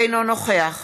אינו נוכח